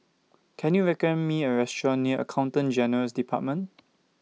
Can YOU recommend Me A Restaurant near Accountant General's department